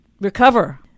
recover